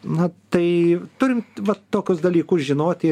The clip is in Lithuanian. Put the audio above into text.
na tai turim va tokius dalykus žinoti